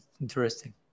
Interesting